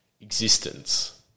existence